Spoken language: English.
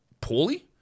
poorly